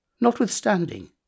Notwithstanding